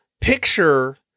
picture